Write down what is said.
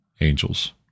angels